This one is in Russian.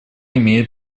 имеет